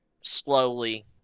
slowly –